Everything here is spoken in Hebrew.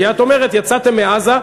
כי את אומרת: יצאתם מעזה,